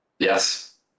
Yes